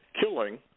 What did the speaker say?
killing